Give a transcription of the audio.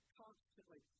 constantly